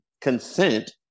consent